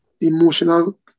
emotional